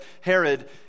Herod